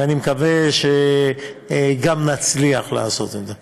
ואני מקווה שגם נצליח לעשות את זה.